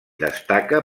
destaca